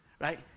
right